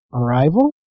Arrival